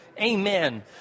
Amen